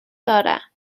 دارم